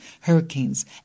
hurricanes